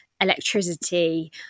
electricity